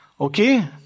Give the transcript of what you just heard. Okay